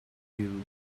you